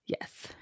Yes